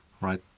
right